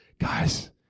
guys